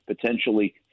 potentially